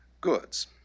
goods